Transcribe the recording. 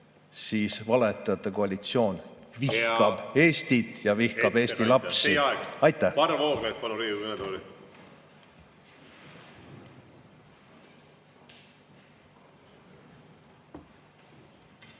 valetajate koalitsioon vihkab Eestit ja vihkab eesti lapsi. Aitäh!